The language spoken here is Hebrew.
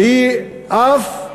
והיא אף,